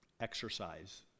exercise